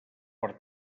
per